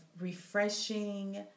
refreshing